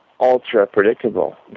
ultra-predictable